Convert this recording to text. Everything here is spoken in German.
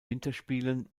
winterspielen